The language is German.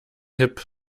hip